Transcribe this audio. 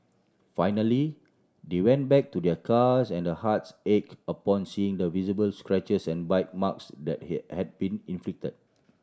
finally they went back to their cars and their hearts ache upon seeing the visible scratches and bite marks that he had been inflicted